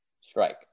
strike